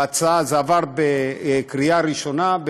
זה עבר בקריאה ראשונה,